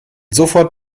sofort